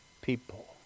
people